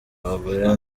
abagore